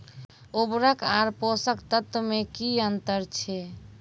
उर्वरक आर पोसक तत्व मे की अन्तर छै?